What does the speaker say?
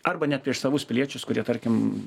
arba net prieš savus piliečius kurie tarkim